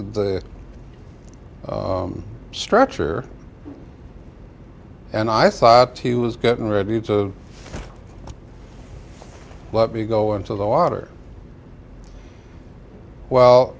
the structure and i thought he was getting ready to let me go into the water well